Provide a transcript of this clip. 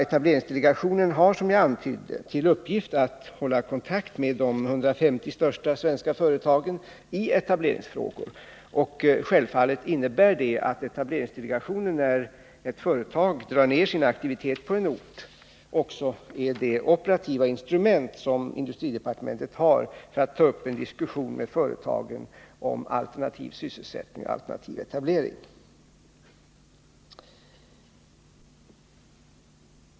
Etableringsdelegationen har, som jag antydde, till uppgift att hålla kontakt med de 150 största svenska företagen i etableringsfrågor. Självfallet innebär det att etableringsdelegationen, när ett företag drar ner sin aktivitet på en ort, också är det operativa instrument som industridepartementet har för att ta upp en diskussion med företagen om alternativ sysselsättning och alternativ etablering.